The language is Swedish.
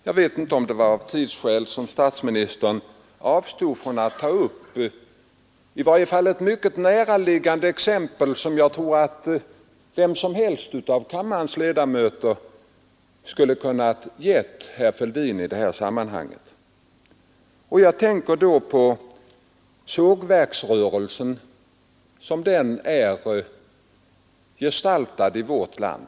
Jag vet inte om det var av tidsskäl som statsministern avstod från att ta upp ett i varje fall mycket näraliggande exempel som jag tror att vem som helst av kammarens ledamöter skulle ha kunnat ge herr Fälldin i dessa sammanhang. Jag tänker då på sågverksrörelsen sådan den är gestaltad i vårt land.